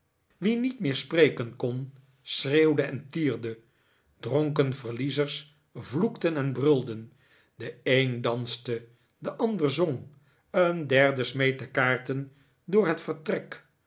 wie niet meer spreken kon schreeuwde en tierde dronken verliezers vloekten en brulden de een danste de ander zong een derde smeet de kaarten door het vertrek